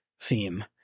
theme